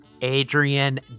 Adrian